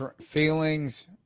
feelings